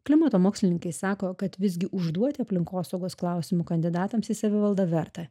klimato mokslininkai sako kad visgi užduoti aplinkosaugos klausimų kandidatams į savivaldą verta